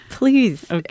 Please